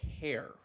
care